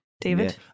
David